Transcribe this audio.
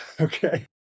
Okay